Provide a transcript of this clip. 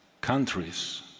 countries